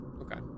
Okay